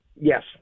Yes